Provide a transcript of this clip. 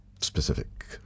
specific